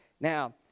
now